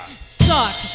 suck